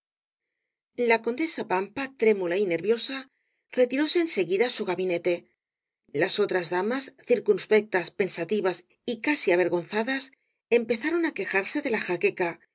la condesa pampa trémula y nerviosa retiróse en seguida á su gabinete las otras damas circunspectas pensativas y casi averganzadas empezaron á quejarse de la jaqueca